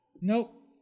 Nope